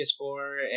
ps4